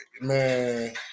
man